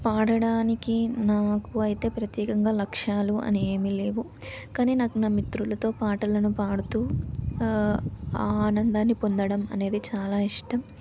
పాడటానికి నాకు అయితే ప్రత్యేకంగా లక్ష్యాలు అని ఏమీ లేవు కానీ నాకు నా మిత్రులతో పాటలను పాడుతూ ఆ ఆనందాన్ని పొందడం అనేది చాలా ఇష్టం